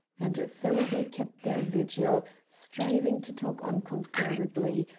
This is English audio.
and so they kept their vigil, striving to talk unconcernedly,